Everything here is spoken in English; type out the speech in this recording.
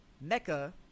Mecca